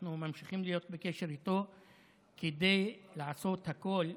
ואנחנו ממשיכים להיות איתו בקשר כדי לעשות הכול.